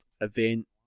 event